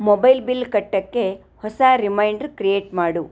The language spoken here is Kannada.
ಮೊಬೈಲ್ ಬಿಲ್ ಕಟ್ಟೋಕ್ಕೆ ಹೊಸ ರಿಮೈಂಡ್ರ್ ಕ್ರಿಯೇಟ್ ಮಾಡು